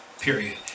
period